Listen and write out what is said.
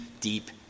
deep